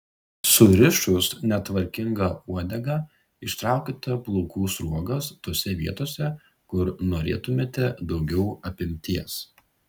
surišus netvarkingą uodegą ištraukite plaukų sruogas tose vietose kur norėtumėte daugiau apimties